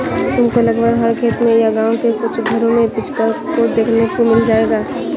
तुमको लगभग हर खेत में या गाँव के कुछ घरों में पिचफोर्क देखने को मिल जाएगा